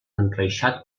enreixat